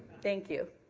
thank you.